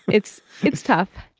it's it's tough.